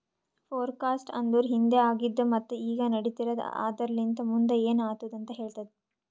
forecast ಅಂದುರ್ ಹಿಂದೆ ಆಗಿದ್ ಮತ್ತ ಈಗ ನಡಿತಿರದ್ ಆದರಲಿಂತ್ ಮುಂದ್ ಏನ್ ಆತ್ತುದ ಅಂತ್ ಹೇಳ್ತದ